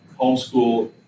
Homeschool